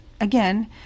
again